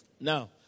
Now